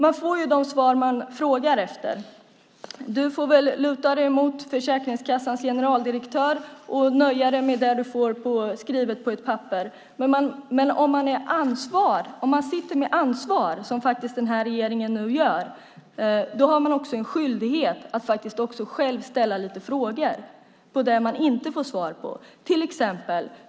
Man får ju de svar man frågar efter. Du får väl luta dig mot Försäkringskassans generaldirektör och nöja dig med det du får skrivet på ett papper. Om man sitter med ansvar, som den här regeringen nu gör, har man skyldighet att själv ställa frågor om det man inte har svar på.